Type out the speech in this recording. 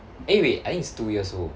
eh wait I think is two years old